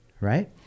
right